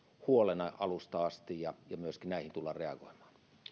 huolena alusta asti ja ja myöskin näihin tullaan reagoimaan